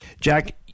Jack